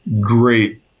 great